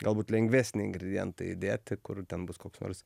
galbūt lengvesnį ingredientą įdėti kur ten bus koks nors